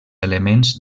elements